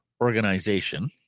organization